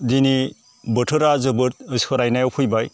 दिनै बोथोरा जोबोद सोलायनायाव फैबाय